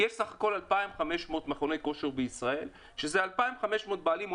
יש בסך הכל 2,500 מכוני כושר בישראל שזה 2,500 בעלים,